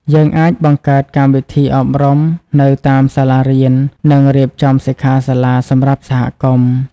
យើងអាចបង្កើតកម្មវិធីអប់រំនៅតាមសាលារៀន និងរៀបចំសិក្ខាសាលាសម្រាប់សហគមន៍។